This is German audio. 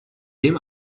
dem